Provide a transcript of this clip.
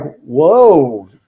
whoa